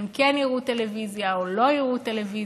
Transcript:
אם הם כן יראו טלוויזיה או לא יראו טלוויזיה,